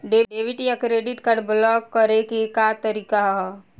Debit या credit card block करे के का तरीका ह?